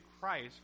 Christ